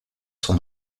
son